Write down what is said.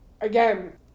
again